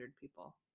people